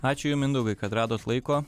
ačiū jum mindaugai kad radot laiko